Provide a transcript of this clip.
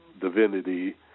divinity